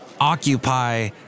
occupy